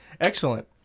excellent